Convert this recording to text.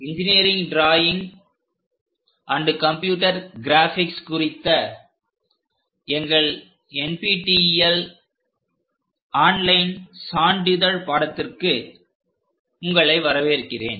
engineering drawing and computer graphics குறித்த எங்கள் NPTEL online சான்றிதழ் பாடத்திற்கு உங்களை வரவேற்கிறேன்